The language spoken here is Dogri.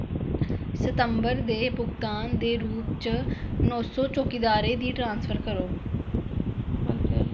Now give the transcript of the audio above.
सितंबर दे भुगतान दे रूपै च नौ सौ चौकीदारे दी ट्रांसफर करो